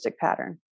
pattern